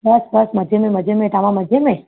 बसि बसि मज़े में मज़े में तव्हां मज़े में